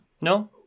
no